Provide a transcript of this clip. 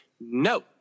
no